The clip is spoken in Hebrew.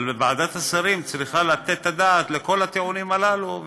אבל ועדת השרים צריכה לתת את הדעת על כל הטיעונים הללו,